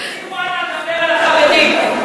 ימשיכו הלאה לדבר על החרדים.